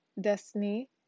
Destiny